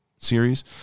series